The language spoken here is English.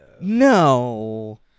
No